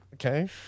okay